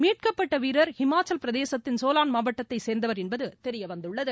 மீட்கப்பட்ட வீரர் இமாச்சல பிரதேசத்தின் சோலான் மாவட்டத்தை சேர்ந்தவர் என்பது தெரியவந்துள்ளது